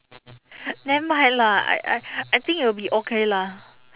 nevermind lah I I I think it will be okay lah